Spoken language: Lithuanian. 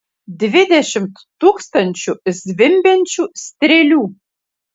dvidešimt tūkstančių zvimbiančių strėlių